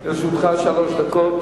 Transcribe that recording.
לרשותך שלוש דקות.